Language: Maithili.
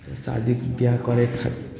ओ शादी ब्याह करयके खातिर